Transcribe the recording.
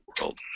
World